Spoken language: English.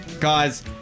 guys